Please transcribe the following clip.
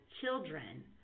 children